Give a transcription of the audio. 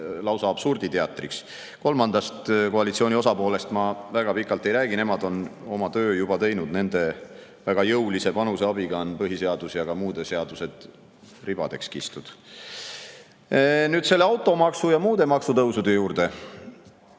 lausa absurditeatriks. Koalitsiooni kolmandast osapoolest ma väga pikalt ei räägi, nemad on oma töö juba teinud. Nende väga jõulise panuse abiga on põhiseadus ja ka muud seadused ribadeks kistud. Nüüd automaksu ja muude maksutõusude juurde.